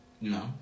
No